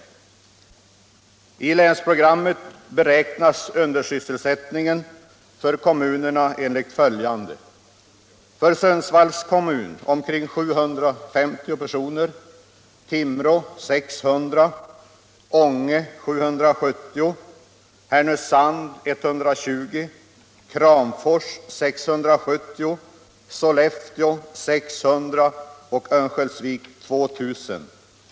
sysselsättnings och I länsprogrammet beräknas undersysselsättningen för kommunerna en = regionalpolitik ligt följande: för Sundsvalls kommun omkring 750 personer för Timrå kommun omkring 600 personer för Ånge kommun omkring 770 personer för Härnösands kommun omkring 120 personer för Kramfors kommun omkring 670 personer för Sollefteå kommun omkring 600 personer för Örnsköldsviks kommun omkring 2000 personer.